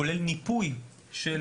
כולל ניפוי של